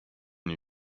new